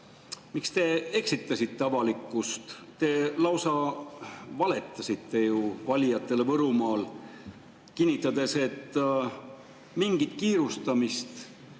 miks te eksitasite avalikkust? Te lausa valetasite ju valijatele Võrumaal, kinnitades, et mingit kiirustamist